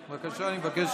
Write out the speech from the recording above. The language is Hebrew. בבקשה, אני מבקש